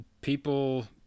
people